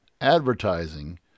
advertising